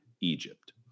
Egypt